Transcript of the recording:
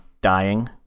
dying